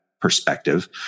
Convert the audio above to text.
perspective